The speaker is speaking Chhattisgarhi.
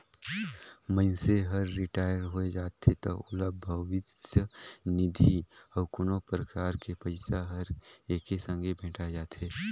मइनसे हर रिटायर होय जाथे त ओला भविस्य निधि अउ कोनो परकार के पइसा हर एके संघे भेंठाय जाथे